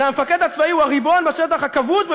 הרי המפקד הצבאי הוא הריבון בשטח ה"כבוש",